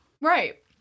right